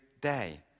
day